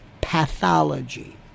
pathology